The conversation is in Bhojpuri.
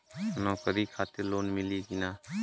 नौकरी खातिर लोन मिली की ना?